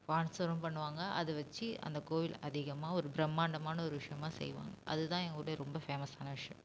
ஸ்பான்சரும் பண்ணுவாங்க அதை வச்சு அந்த கோயில் அதிகமாக ஒரு பிரமாண்டமான ஒரு விஷயமா செய்வாங்க அது தான் எங்கள் ஊர்லையே ரொம்ப ஃபேமஸ்ஸான விஷயம்